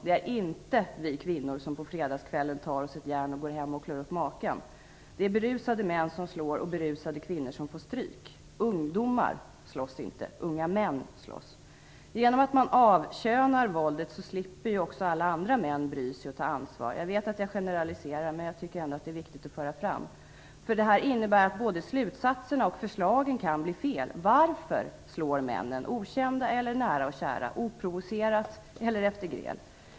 Det är inte vi kvinnor som på fredagskvällen tar oss ett järn och går hem och klår upp maken. Berusade män slår, och berusade kvinnor får stryk. Ungdomar slåss inte; unga män slåss. Genom att man avkönar våldet slipper alla andra män att bry sig och ta ansvar. Jag vet att jag generaliserar, men jag tycker att det är viktigt att föra fram detta. Det här innebär att både slutsatser och förslag kan bli fel. Varför slår männen okända eller nära och kära, oprovocerat eller efter gräl?